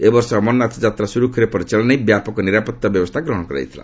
ଏ ବର୍ଷ ଅମରନାଥ ଯାତ୍ରା ସୁରୁଖୁରୁରେ ପରିଚାଳନା ନେଇ ବ୍ୟାପକ ନିରାପତ୍ତା ବ୍ୟବସ୍ଥା ଗ୍ରହଣ କରାଯାଇଥିଲା